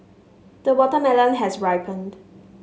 the watermelon has ripened